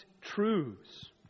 truths